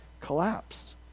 collapsed